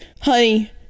honey